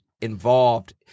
involved